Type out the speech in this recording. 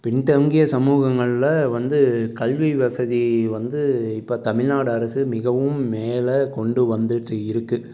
பின்தங்கிய சமூகங்களில் வந்து கல்வி வசதி வந்து இப்போ தமிழ்நாடு அரசு மிகவும் மேலே கொண்டு வந்துகிட்டு இருக்கு